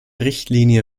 richtlinie